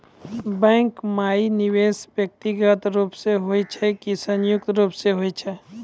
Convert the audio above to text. Bank माई निवेश व्यक्तिगत रूप से हुए छै की संयुक्त रूप से होय छै?